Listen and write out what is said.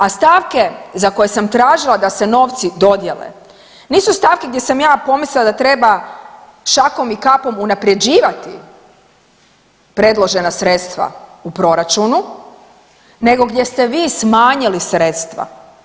A stavke za koje sam tražila da se novci dodijele nisu stavke gdje sam ja pomislila da treba šakom i kapom unaprjeđivati predložena sredstva u proračunu nego gdje ste vi smanjili sredstva.